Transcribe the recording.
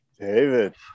David